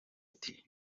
ati